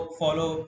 follow